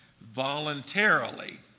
voluntarily